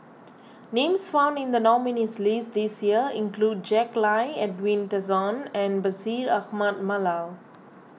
names found in the nominees' list this year include Jack Lai Edwin Tessensohn and Bashir Ahmad Mallal